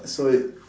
so if